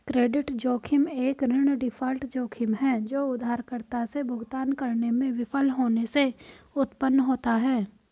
credit जोखिम एक ऋण डिफ़ॉल्ट जोखिम है जो उधारकर्ता से भुगतान करने में विफल होने से उत्पन्न होता है